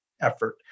effort